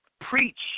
preach